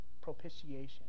propitiation